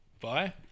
Bye